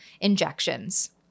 injections